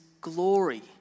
glory